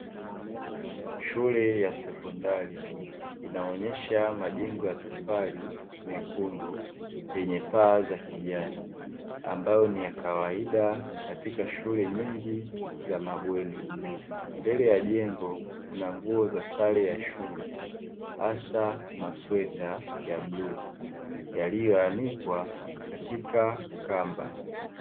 Shule ya sekondari, inaonyesha majengo ya tofali mekundu yenye paa za kijani ambayo ni ya kawaida, katika shule nyingi za mabweni. Mbele ya jengo kuna nguo za sare ya shule, hasa masweta ya bluu yaliyoanikwa katika kamba.